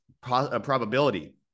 probability